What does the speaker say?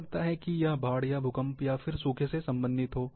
हो सकता है कि यह बाढ़ या भूकम्प या फिर सूखे से संबंधित हो